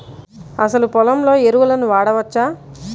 అసలు పొలంలో ఎరువులను వాడవచ్చా?